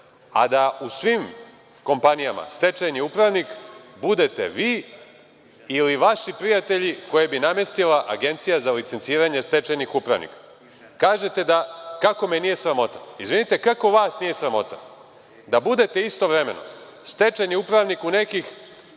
a da u svim kompanijama stečajni upravnik budete vi ili vaši prijatelji koje bi namestila Agencija za licenciranje stečajnih upravnika. Kažete da kako me nije sramota. Izvinite, kako vas nije sramota da budete istovremeno stečajni upravnik u nekih